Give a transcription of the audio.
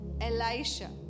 Elisha